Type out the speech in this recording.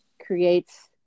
creates